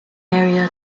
area